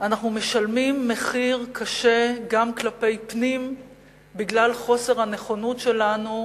אנחנו משלמים מחיר קשה גם כלפי פנים בגלל חוסר הנכונות שלנו,